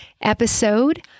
episode